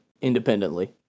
independently